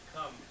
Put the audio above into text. Come